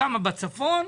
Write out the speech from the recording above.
בצפון?